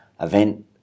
event